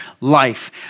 life